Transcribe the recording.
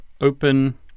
open